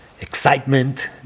excitement